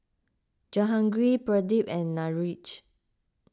Jahangir Pradip and Niraj